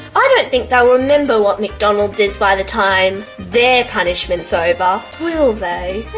i don't think they'll remember what mcdonald's is by the time their punishments over will they